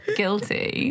guilty